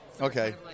Okay